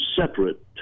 separate